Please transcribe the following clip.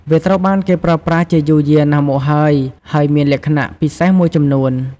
វាត្រូវបានគេប្រើប្រាស់ជាយូរយារណាស់មកហើយ ហើយមានលក្ខណៈពិសេសមួយចំនួន។